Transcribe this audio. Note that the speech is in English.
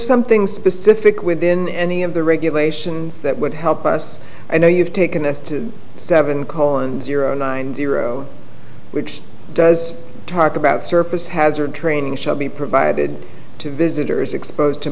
something specific within any of the regulations that would help us i know you've taken the seven call and zero nine zero which does talk about surface hazard training shall be provided to visitors exposed to